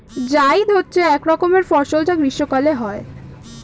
জায়িদ হচ্ছে এক রকমের ফসল যা গ্রীষ্মকালে হয়